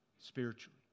spiritually